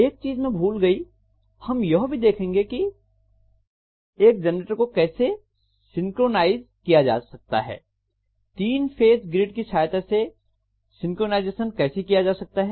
एक चीज मैं भूल गई हम यह भी देखेंगे कि एक जनरेटर को कैसे सिंक्रोनाइज किया जा सकता है 3 फेज ग्रिड की सहायता से सिंक्रोनाइजेशन कैसे किया जा सकता है